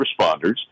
responders